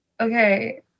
okay